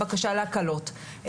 בקשה להקלות.